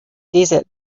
desert